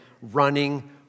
running